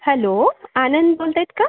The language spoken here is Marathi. हॅलो आनंद बोलत आहेत का